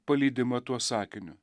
palydima tuo sakiniu